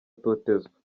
atotezwa